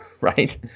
right